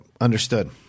Understood